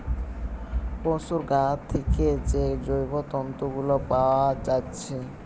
পোশুর গা থিকে যে জৈব তন্তু গুলা পাআ যাচ্ছে